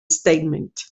statement